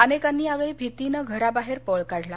अनेकांनी यावेळी भीतीनं घराबाहेर पळ काढला